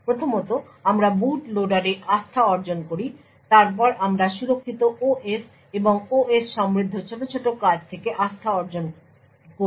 প্রথমত আমরা বুট লোডারে আস্থা অর্জন করি তারপর আমরা সুরক্ষিত ওএস এবং OS সমৃদ্ধ ছোট ছোট কাজ থেকে আস্থা অর্জন করি